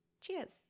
Cheers